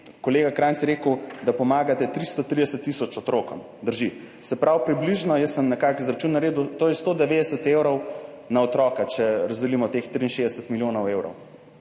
kolega Krajnc je rekel, da pomagate 330 tisoč otrokom, drži, se pravi, jaz sem nekako izračun naredil, to je 190 evrov na otroka, če razdelimo teh 63 milijonov evrov.